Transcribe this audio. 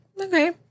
okay